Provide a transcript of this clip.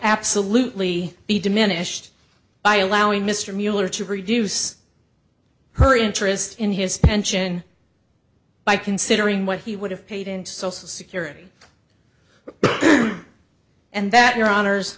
absolutely be diminished by allowing mr mueller to reduce her interest in his pension by considering what he would have paid in social security and that your hono